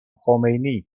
خمینی